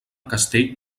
castell